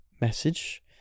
message